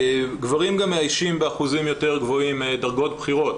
גברים גם מאיישים באחוזים יותר גבוהים דרגות בכירות,